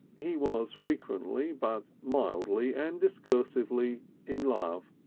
he was frequently but mildly and discursively in love,